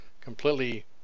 completely